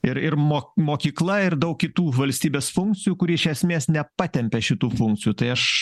ir ir mo mokykla ir daug kitų valstybės funkcijų kuri iš esmės nepatempia šitų funkcijų tai aš